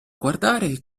guardare